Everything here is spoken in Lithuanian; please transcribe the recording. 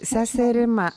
sese rima